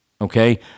okay